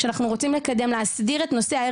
שאנחנו רוצים לקדם ולהסדיר את נושא ה-